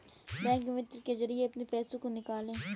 Bank Mitra के जरिए अपने पैसे को कैसे निकालें?